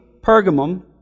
Pergamum